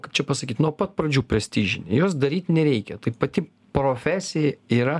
kaip čia pasakyti nuo pat pradžių prestižinė jos daryt nereikia tai pati profesija yra